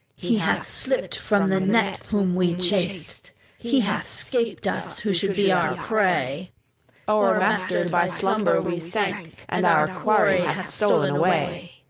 he hath slipped from the net, whom we chased he hath scaped us who should be our prey o'ermastered by slumber we sank, and our quarry hath stolen away!